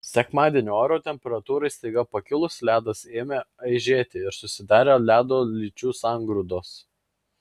sekmadienį oro temperatūrai staiga pakilus ledas ėmė aižėti ir susidarė ledo lyčių sangrūdos